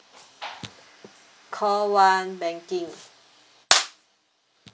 call one banking